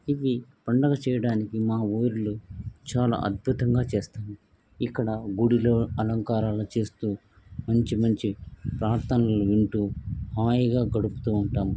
ఇవి పండగ చేయడానికి మా ఊళ్ళో చాలా అద్భుతంగా చేస్తాము ఇక్కడ గుడిలో అలంకారాలను చేస్తూ మంచి మంచి ప్రార్ధనలు వింటూ హాయిగా గడుపుతూ ఉంటాము